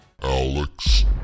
Alex